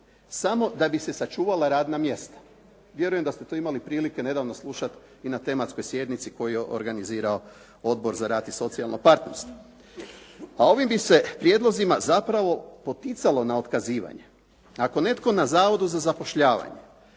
samo da bi se sačuvala radna mjesta. Vjerujem da ste to imali prilike nedavno slušati i na tematskoj sjednici koji je organizirao Odbor za rad i socijalno partnerstvo, a ovim bi se prijedlozima zapravo poticalo na otkazivanje. Ako netko na Zavodu za zapošljavanje